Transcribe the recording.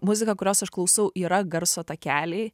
muzika kurios aš klausau yra garso takeliai